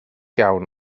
iawn